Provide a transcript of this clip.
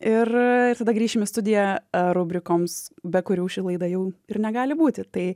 ir tada grįšim į studiją rubrikoms be kurių ši laida jau ir negali būti tai